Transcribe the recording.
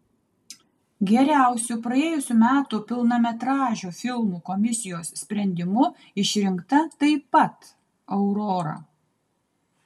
geriausiu praėjusių metų pilnametražiu filmu komisijos sprendimu išrinkta taip pat aurora